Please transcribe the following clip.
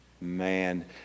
Man